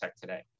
today